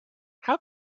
how